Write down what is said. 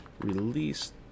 release